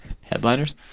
Headliners